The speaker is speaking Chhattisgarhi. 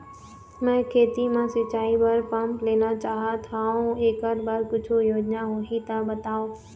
मैं खेती म सिचाई बर पंप लेना चाहत हाव, एकर बर कुछू योजना होही त बताव?